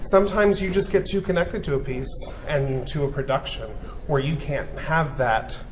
sometimes you just get too connected to a piece and to a production where you can't have that.